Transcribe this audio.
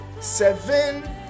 Seven